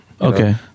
Okay